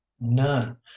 none